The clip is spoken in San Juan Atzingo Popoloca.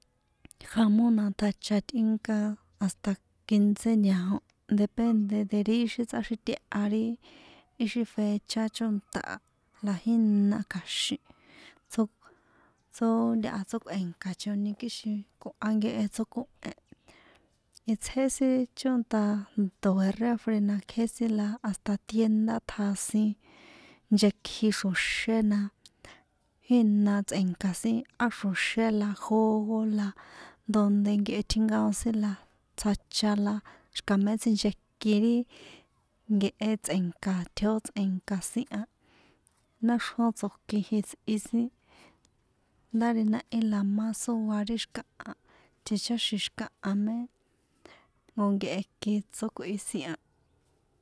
Jamón na tjacha tꞌinka hasta quince ñao depende de ri xi tsꞌaxiteha ri ixi fecha chónta a la jína kja̱xin tso tsoo ntaha tsókꞌue̱nkachoni kixin koha nkehe tsókohen itsjé sin chónta ndoe̱ refri na kjé sin la hasta tienda tjasin nchekji xro̱xé na jína tsꞌe̱nka sin á xro̱xé na jugo la donde nekehe tjinkaon sin la tsjacha la xi̱ka mé sinchekin ri nkehe tsꞌe̱nka ti ó tsꞌe̱nka̱ sin an náxrjón tso̱kin jitsꞌi sin ndá ri náhí la má sóá ri xi̱kaha ticháxi̱n xi̱kaha mé jnko nkehe kín tsókꞌui sin a.